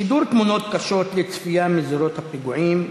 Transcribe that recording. שידור תמונות קשות לצפייה מזירות הפיגועים,